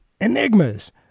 enigmas